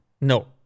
no